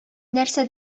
нәрсә